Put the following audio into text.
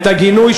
את הגינוי,